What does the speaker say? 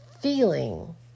feeling